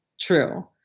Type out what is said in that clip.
true